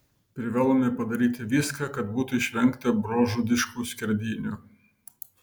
privalome padaryti viską kad būtų išvengta brolžudiškų skerdynių